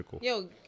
Yo